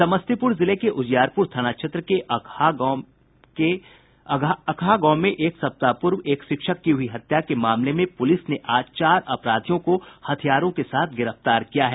समस्तीपूर जिले के उजियारपूर थाना क्षेत्र के अकहा गांव के एक सप्ताह पूर्व एक शिक्षक की हुई हत्या के मामले में पुलिस ने आज चार अपराधियों को हथियार के साथ गिरफ्तार किया है